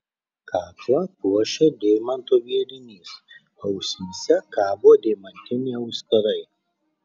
kaklą puošia deimantų vėrinys ausyse kabo deimantiniai auskarai